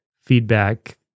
feedback